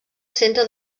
centre